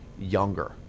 younger